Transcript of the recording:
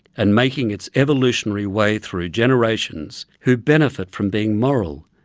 and making its evolutionary way through generations who benefit from being moral,